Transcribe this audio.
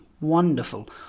wonderful